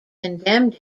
condemned